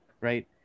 Right